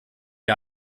wir